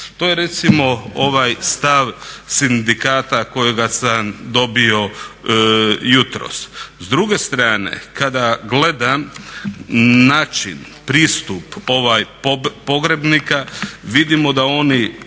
To je recimo ovaj stav sindikata kojega sam dobio jutros. S druge strane, kada gledam način, pristup ovaj pogrebnika vidimo da oni